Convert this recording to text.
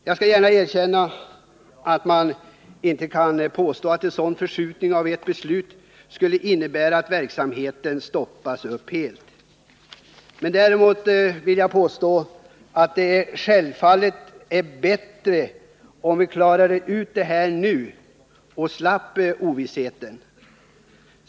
Jag skall gärna erkänna att man inte kan påstå att en sådan förskjutning av ett beslut skulle innebära att verksamheten stoppas upp helt. Däremot vill jag påstå att det självfallet vore bättre om vi klarade ut detta nu och slapp ovisshet.